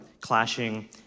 clashing